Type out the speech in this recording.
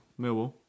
Millwall